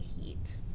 heat